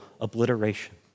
obliteration